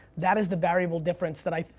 that is the variable difference that i